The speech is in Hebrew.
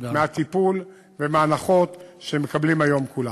מהטיפול ומההנחות שמקבלים היום כולם.